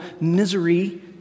misery